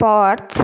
Perth